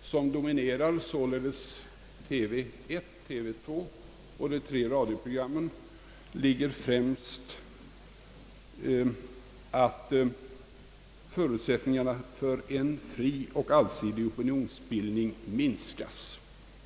och som således dominerar TV 1, TV 2 och de tre radioprogrammen, är främst att förutsättningarna för en fri och allsidig opinionsbildning minskas.